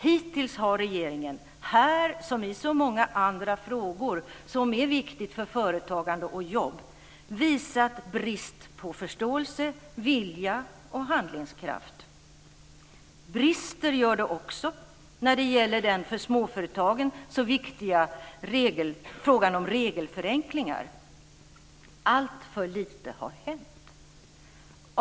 Hittills har regeringen här som i så många andra frågor som är viktiga för företagande och jobb visat brist på förståelse, vilja och handlingskraft. Brister gör det också när det gäller den för småföretagen så viktiga frågan om regelförenklingar. Alltför lite har hänt.